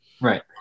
Right